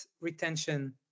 retention